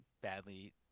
badly